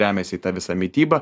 remiasi į tą visą mitybą